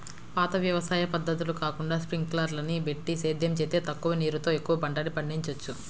పాత వ్యవసాయ పద్ధతులు కాకుండా స్పింకర్లని బెట్టి సేద్యం జేత్తే తక్కువ నీరుతో ఎక్కువ పంటని పండిచ్చొచ్చు